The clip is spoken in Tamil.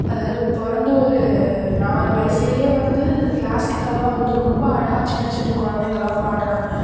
அதாவது பிறந்து ஒரு நாலு வயசுலேயே வந்து கிளாசிக்கல்லாம் வந்து ரொம்ப அழகாக சின்ன சின்ன குழந்தைங்கல்லாம் பாடுறாங்க